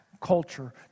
culture